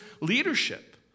leadership